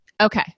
Okay